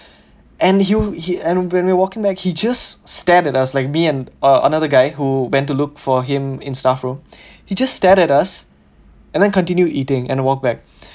and he he when we're walking back he just stared at us like me and uh another guy who went to look for him in staff room he just stared at us and then continue eating and walked back